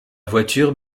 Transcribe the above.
voiture